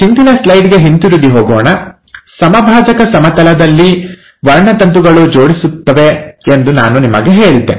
ಹಿಂದಿನ ಸ್ಲೈಡ್ ಗೆ ಹಿಂತಿರುಗಿ ಹೋಗೋಣ ಸಮಭಾಜಕ ಸಮತಲದಲ್ಲಿ ವರ್ಣತಂತುಗಳು ಜೋಡಿಸುತ್ತವೆ ಎಂದು ನಾನು ನಿಮಗೆ ಹೇಳಿದ್ದೆ